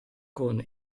con